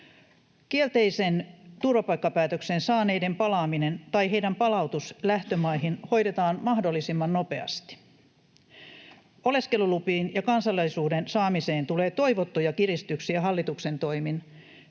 Kielteisen turvapaikkapäätöksen saaneiden palaaminen tai palautus lähtömaihin hoidetaan mahdollisimman nopeasti. Oleskelulupiin ja kansalaisuuden saamiseen tulee toivottuja kiristyksiä hallituksen toimin,